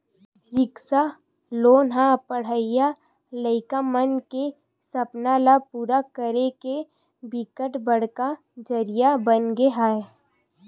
सिक्छा लोन ह पड़हइया लइका मन के सपना ल पूरा करे के बिकट बड़का जरिया बनगे हे